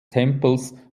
tempels